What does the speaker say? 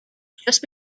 just